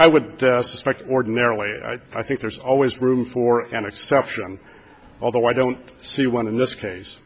i would suspect ordinarily i think there's always room for an exception although i don't see one in this case